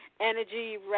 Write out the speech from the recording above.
Energy